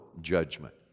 judgment